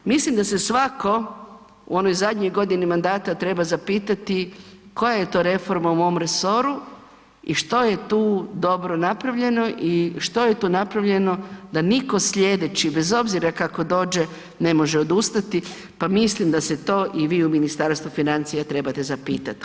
Mislim da svako u onoj zadnjoj godini mandata treba zapitati koja je to reforma u mom resoru i što je tu dobro napravljeno i što je to napravljeno da niko slijedeći bez obzira kako dođe, ne može odustati, pa mislim da se to i vi u Ministarstvu financija trebate zapitat.